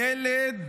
ילד,